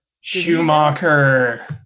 Schumacher